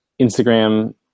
Instagram